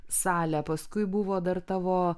salę paskui buvo dar tavo